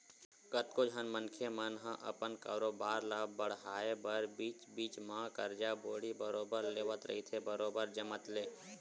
कतको झन मनखे मन ह अपन कारोबार ल बड़हाय बर बीच बीच म करजा बोड़ी बरोबर लेवत रहिथे बरोबर जमत ले